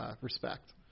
respect